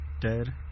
dead